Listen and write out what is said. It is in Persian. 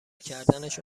کردنش